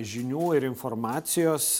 žinių ir informacijos